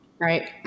Right